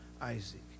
Isaac